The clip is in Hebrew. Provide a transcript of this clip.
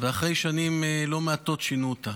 ואחרי שנים לא מעטות שינו אותה,